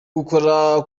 gukora